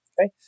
okay